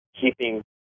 keeping